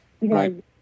right